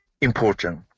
important